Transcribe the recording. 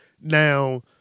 Now